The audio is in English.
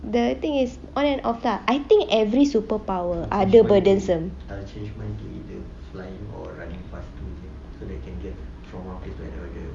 the thing is on and off lah I think every superpower ada burdensome